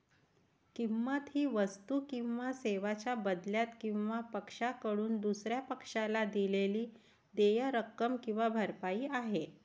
किंमत ही वस्तू किंवा सेवांच्या बदल्यात एका पक्षाकडून दुसर्या पक्षाला दिलेली देय रक्कम किंवा भरपाई आहे